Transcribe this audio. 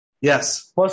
yes